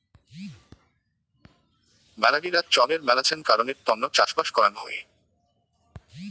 মেলাগিলা চঙের মেলাছেন কারণের তন্ন চাষবাস করাং হই